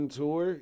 tour